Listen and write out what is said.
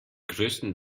größten